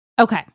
Okay